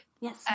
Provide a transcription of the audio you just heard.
Yes